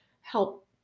help